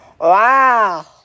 Wow